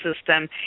system